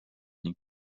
ning